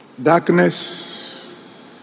Darkness